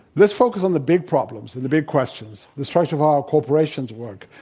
let's focus on the big problems and the big questions. the structure of how our corporations work.